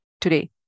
today